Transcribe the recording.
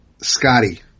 Scotty